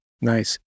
Nice